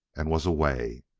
and was away.